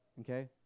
okay